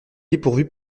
dépourvu